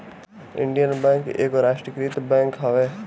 Indian Bank एगो राष्ट्रीयकृत bank हवे